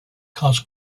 cost